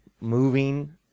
moving